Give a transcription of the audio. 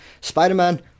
Spider-Man